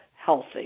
healthy